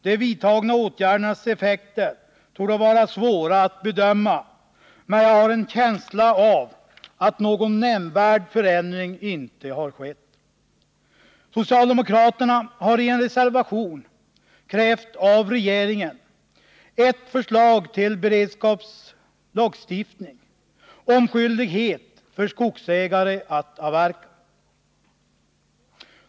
De vidtagna åtgärdernas effekter torde vara svåra att bedöma, men jag har en känsla av att någon nämnvärd förändring inte har skett. Socialdemokraterna har i en reservation krävt att regeringen lägger fram förslag till beredskapslagstiftning om skyldighet för skogsägare att avverka.